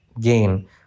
gain